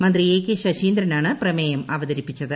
മന്ത്രി A K ശശീന്ദ്രനാണ് പ്രമേയം അവതരിപ്പിച്ചത്